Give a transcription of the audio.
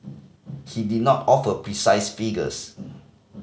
he did not offer precise figures